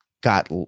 got